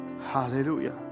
Hallelujah